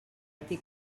été